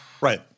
Right